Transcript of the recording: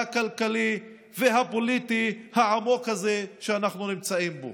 הכלכלי והפוליטי העמוק הזה שאנחנו נמצאים בו.